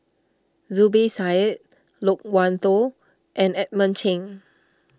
Zubir Said Loke Wan Tho and Edmund Cheng